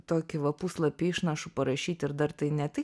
tokį va puslapį išnašų parašyti ir dar tai ne tai